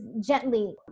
gently